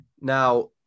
Now